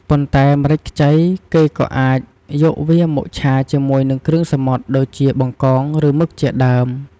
ប៉ុន្តែ ម្រេចខ្ចីគេក៏អាចយកវាមកឆាជាមួយនិងគ្រឿងសមុទ្រដូចជា បង្កង ឬមឹកជាដើម។